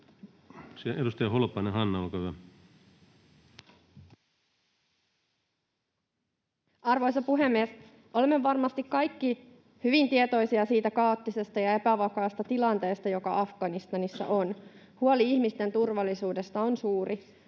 Edustaja Holopainen, Hanna, olkaa hyvä. Arvoisa puhemies! Olemme varmasti kaikki hyvin tietoisia siitä kaoottisesta ja epävakaasta tilanteesta, joka Afganistanissa on. Huoli ihmisten turvallisuudesta on suuri.